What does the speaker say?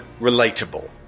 relatable